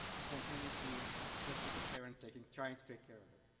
spontaneously just with the parents taking trying to take care of it.